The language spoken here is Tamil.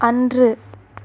அன்று